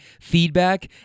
feedback